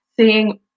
seeing